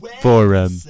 Forum